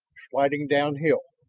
sliding downhill,